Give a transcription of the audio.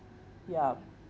ya